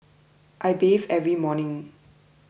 I bathe every morning